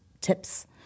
tips